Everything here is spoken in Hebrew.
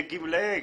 לגמלאי